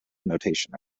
notation